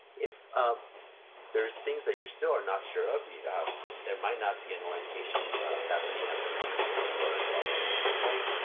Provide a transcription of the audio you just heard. if um there's things that you still are not sure of, there there might not be an orientation happening at the moment when you are logging into the site.